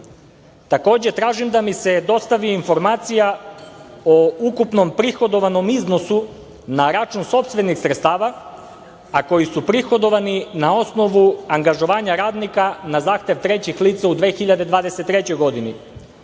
način? Takođe, tražim da mi se dostavi informacija o ukupnom prihodovanom iznosu na račun sopstvenih sredstava a koja su prihodovana na osnovu angažovanja radnika na zahtev trećih lica u 2023. godini,